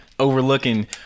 Overlooking